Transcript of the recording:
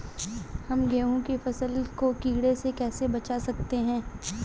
हम गेहूँ की फसल को कीड़ों से कैसे बचा सकते हैं?